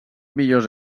millors